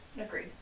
Agreed